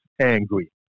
angry